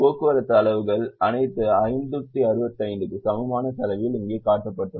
போக்குவரத்து அளவுகள் அனைத்தும் 565 க்கு சமமான செலவில் இங்கே காட்டப்பட்டுள்ளன